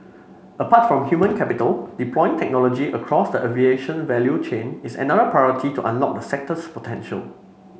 apart from human capital deploying technology across the aviation value chain is another priority to unlock the sector's potential